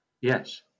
Yes